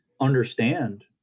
understand